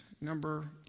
Number